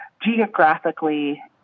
geographically